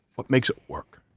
what makes it work?